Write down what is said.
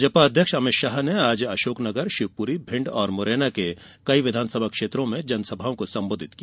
भाजपा अध्यक्ष अमित शाह ने आज अशोकनगर शिवपुरी भिंड और मुरैना के कई विधानसभा क्षेत्रों में जनसभाओं को संबोधित किया